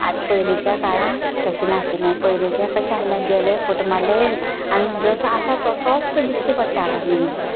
आत पयलीच्या काळान तशें नाशिल्ले पयलीच्या कशें आसलें गेले फोटो मारले येयलें आनी जसो आसा तसोच दिश्टी पडटालो मनीस